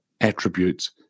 attributes